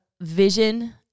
vision